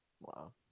Wow